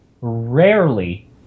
rarely